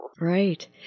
Right